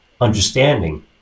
understanding